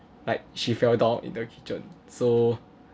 like she fell down in the kitchen so